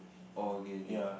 oh okay okay